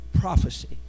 prophecy